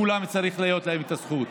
לכולם צריכה להיות הזכות.